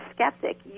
skeptic